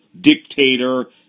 dictator